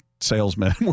salesmen